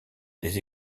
des